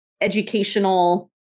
educational